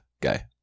guy